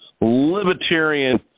Libertarian